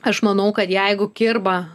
aš manau kad jeigu kirba